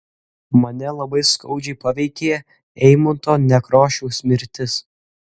mane labai skaudžiai paveikė eimunto nekrošiaus mirtis